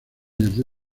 desde